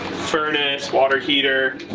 furnace, water heater,